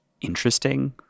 interesting